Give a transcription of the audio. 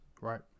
right